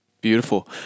Beautiful